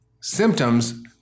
symptoms